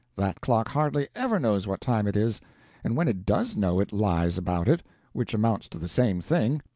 that clock hardly ever knows what time it is and when it does know, it lies about it which amounts to the same thing.